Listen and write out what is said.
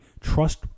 trust